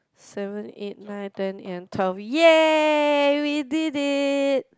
seven eight night ten and twelve ya we did it